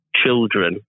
children